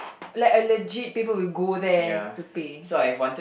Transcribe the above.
like a legit people will go there to pay